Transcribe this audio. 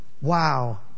Wow